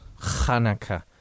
Hanukkah